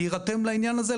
להירתם לעניין הזה,